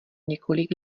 několik